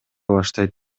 баштайт